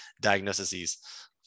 diagnoses